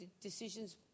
decisions